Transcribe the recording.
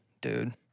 dude